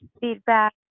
feedback